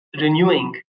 renewing